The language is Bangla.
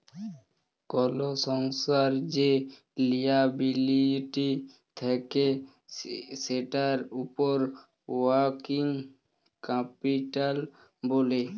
কল সংস্থার যে লিয়াবিলিটি থাক্যে সেটার উপর ওয়ার্কিং ক্যাপিটাল ব্যলে